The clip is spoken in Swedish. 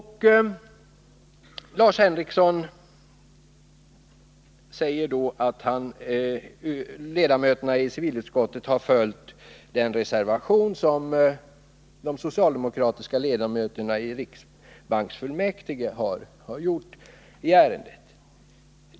Han sade att socialdemokraterna i civilutskottet har följt den reservation som de socialdemokratiska ledamöterna i riksbanksfullmäktige har gjort i ärendet.